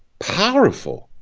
powerful,